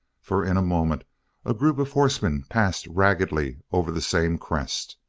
for in a moment a group of horsemen passed raggedly over the same crest.